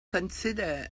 consider